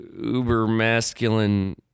uber-masculine